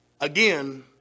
Again